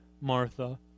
Martha